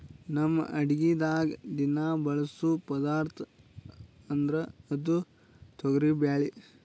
ನಮ್ ಅಡಗಿದಾಗ್ ದಿನಾ ಬಳಸೋ ಪದಾರ್ಥ ಅಂದ್ರ ಅದು ತೊಗರಿಬ್ಯಾಳಿ